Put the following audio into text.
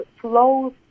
flows